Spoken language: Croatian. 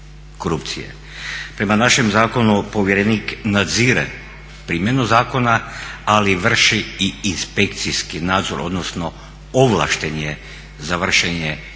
Prema našem zakonu povjerenik nadzire primjenu zakona ali vrši i inspekcijski nadzor, odnosno ovlašten je za vršenje